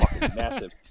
massive